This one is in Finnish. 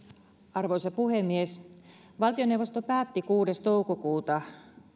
arvoisa puhemies valtioneuvosto päätti kuudes toukokuuta